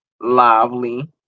lively